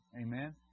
Amen